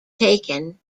taken